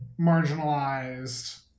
marginalized